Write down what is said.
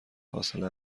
فاصله